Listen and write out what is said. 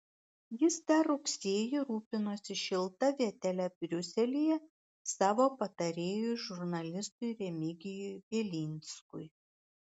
jis dar rugsėjį rūpinosi šilta vietele briuselyje savo patarėjui žurnalistui remigijui bielinskui